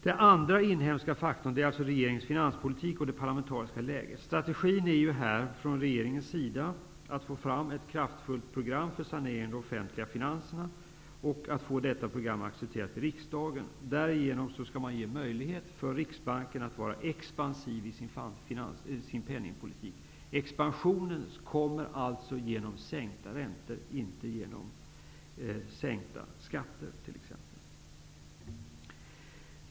Den andra inhemska faktorn är regeringens finanspolitik och det parlamentariska läget. Strategin från regeringens sida är här att få fram ett kraftfullt program för sanering av de offentliga finanserna och att få detta program accepterat i riksdagen. Därigenom skall man ge möjlighet för Riksbanken att vara expansiv i sin penningpolitik. Expansionen kommer alltså genom sänkta räntor, inte genom t.ex. sänkta skatter.